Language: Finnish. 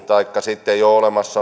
taikka sitten jo olemassa